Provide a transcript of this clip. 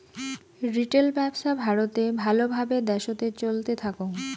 retail ব্যপছা ভারতে ভাল ভাবে দ্যাশোতে চলতে থাকং